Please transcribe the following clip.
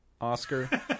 oscar